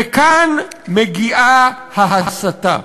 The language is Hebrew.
וכאן מגיעה ההסתה.